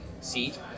seat